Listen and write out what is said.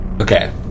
okay